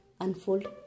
unfold